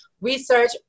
Research